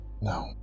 No